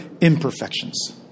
imperfections